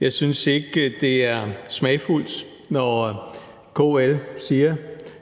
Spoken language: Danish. Jeg synes ikke, det er smagfuldt, når KL siger,